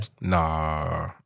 Nah